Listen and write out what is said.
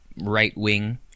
right-wing